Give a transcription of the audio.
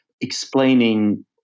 explaining